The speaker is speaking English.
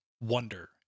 wonder